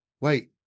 wait